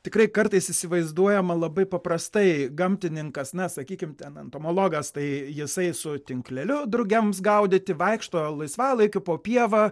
tikrai kartais įsivaizduojama labai paprastai gamtininkas na sakykim ten entomologas tai jisai su tinkleliu drugiams gaudyti vaikšto laisvalaikiu po pievą